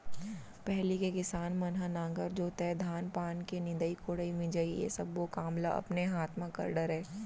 पहिली के किसान मन ह नांगर जोतय, धान पान के निंदई कोड़ई, मिंजई ये सब्बो काम ल अपने हाथ म कर डरय